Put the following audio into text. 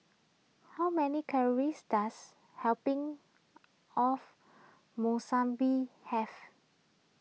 how many calories does helping of Monsunabe have